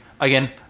again